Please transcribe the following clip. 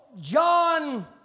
John